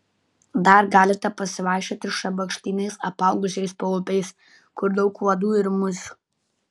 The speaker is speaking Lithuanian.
dar galite pasivaikščioti šabakštynais apaugusiais paupiais kur daug uodų ir musių